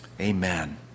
amen